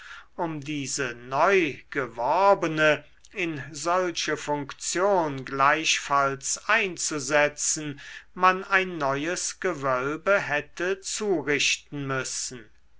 um diese neue geworbene in solche funktion gleichfalls einzusetzen man ein neues gewölbe hätte zurichten müssen